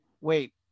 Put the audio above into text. wait